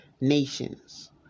nations